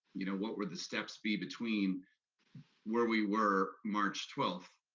you know, what were the steps be between where we were march twelfth,